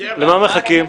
למה מחכים?